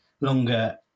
longer